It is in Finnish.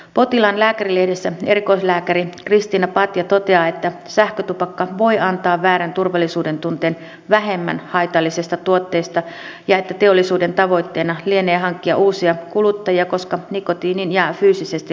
potilaan lääkärilehdessä erikoislääkäri kristiina patja toteaa että sähkötupakka voi antaa väärän turvallisuudentunteen vähemmän haitallisesta tuotteesta ja että teollisuuden tavoitteena lienee hankkia uusia kuluttajia koska nikotiiniin jää fyysisesti riippuvaiseksi